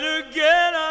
again